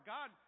God